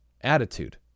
attitude